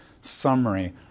summary